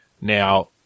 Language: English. Now